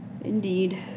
Indeed